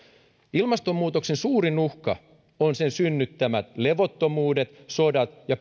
ilmastonmuutoksen suurin uhka on sen synnyttämät levottomuudet sodat ja